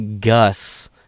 Gus